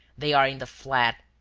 they are in the flat.